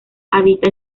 habita